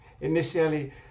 initially